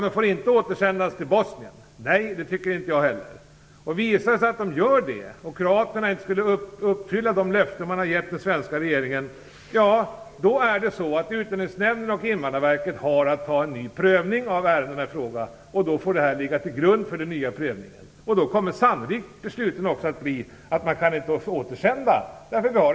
De får inte återsändas till Bosnien, säger Lars Leijonborg. Det tycker inte jag heller. Visar det sig att de gör det och Kroatien inte kan uppfylla de löften man har gett till den svenska regeringen, har Utlänningsnämnden och Invandrarverket att göra en ny prövning av ärendena i fråga. Då får detta ligga till grund för den nya prövningen. Då kommer sannolikt besluten också att bli att man inte kan återsända dessa människor.